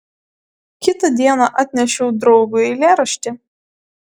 kitą dieną atnešiau draugui eilėraštį